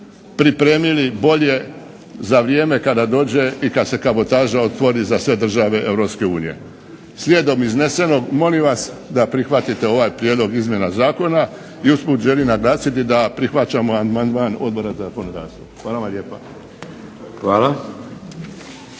pripremili bolje za vrijeme kada dođe i kad se kabotaža otvori za sve države Europske unije. Slijedom iznesenog, molim vas da prihvatite ovaj prijedlog izmjena zakona, i usput želim naglasiti da prihvaćamo amandman Odbora za zakonodavstvo. Hvala vam lijepa.